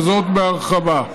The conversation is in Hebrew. בהרחבה.